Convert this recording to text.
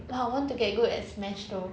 ah I want to get good at Smash though